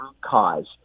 cause